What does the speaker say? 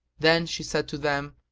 then she said to them,